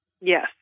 Yes